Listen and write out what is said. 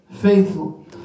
faithful